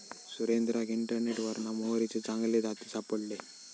सुरेंद्राक इंटरनेटवरना मोहरीचे चांगले जाती सापडले